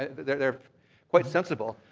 they're they're quite sensible.